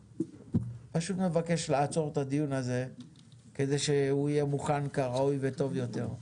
פשוט מבקש לעצור את הדיון הזה כדי שהוא יהיה מוכן כראוי וטוב יותר.